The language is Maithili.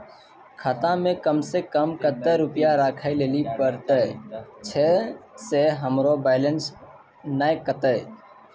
खाता मे कम सें कम कत्ते रुपैया राखै लेली परतै, छै सें हमरो बैलेंस नैन कतो?